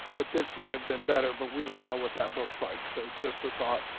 but this may have been better, but we don't know what that looks like. so just a thought.